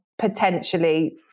potentially